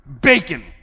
bacon